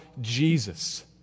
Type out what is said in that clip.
Jesus